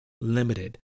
limited